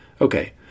Okay